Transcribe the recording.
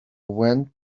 went